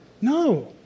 No